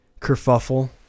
kerfuffle